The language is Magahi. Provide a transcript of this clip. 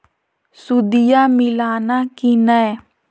सुदिया मिलाना की नय?